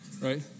Right